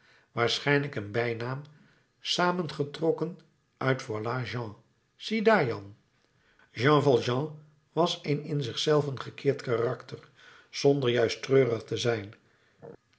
waarschijnlijk een bijnaam samengetrokken uit voilà jean ziedaar jan jean valjean was een in zich zelven gekeerd karakter zonder juist treurig te zijn